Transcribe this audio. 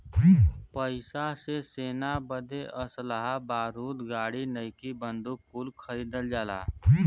पइसा से सेना बदे असलहा बारूद गाड़ी नईकी बंदूक कुल खरीदल जाला